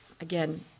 Again